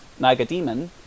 nagademon